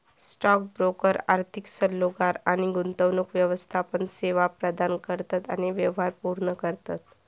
stock broker आर्थिक सल्लोगार आणि गुंतवणूक व्यवस्थापन सेवा प्रदान करतत आणि व्यवहार पूर्ण करतत